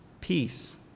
peace